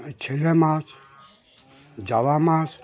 ছেলে মাছ জাওয়া মাছ